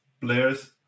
players